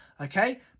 Okay